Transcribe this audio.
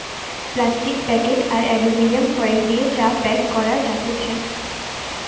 plastic packet আর aluminium foil দিয়ে চা প্যাক করা যাতেছে